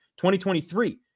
2023